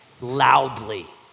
loudly